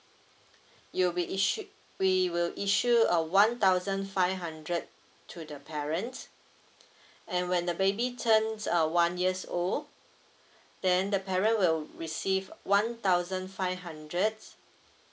you'll be issued we will issue uh one thousand five hundred to the parents and when the baby turns uh one years old then the parent will receive one thousand five hundred